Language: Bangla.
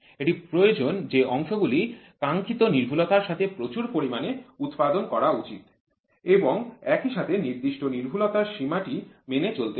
এটি প্রয়োজন যে অংশগুলি কাঙ্খিত সূক্ষ্মতার সাথে প্রচুর পরিমাণে উৎপাদন করা উচিত এবং একই সাথে নির্দিষ্ট সূক্ষ্মতার সীমাটি মেনে চলতে হবে